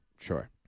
sure